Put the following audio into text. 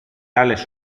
άλλες